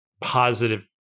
positive